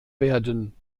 werden